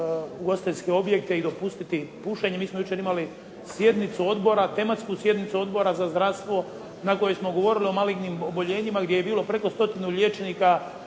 govorili o malignim oboljenjima gdje je bilo preko 100-tinu liječnika,